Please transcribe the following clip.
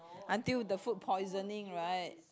until the food poisoning right